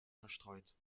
verstreut